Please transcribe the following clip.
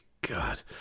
God